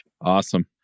Awesome